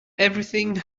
everything